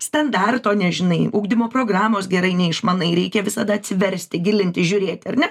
standarto nežinai ugdymo programos gerai neišmanai reikia visada atsiversti gilintis žiūrėti ar ne